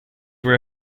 were